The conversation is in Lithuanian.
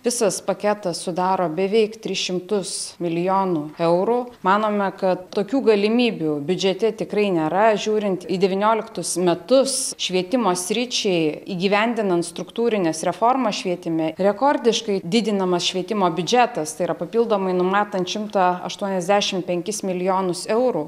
visas paketas sudaro beveik tris šimtus milijonų eurų manome kad tokių galimybių biudžete tikrai nėra žiūrint į devynioliktus metus švietimo sričiai įgyvendinant struktūrines reformas švietime rekordiškai didinamas švietimo biudžetas tai yra papildomai numatant šimtą aštuoniasdešimt penkis milijonus eurų